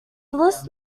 list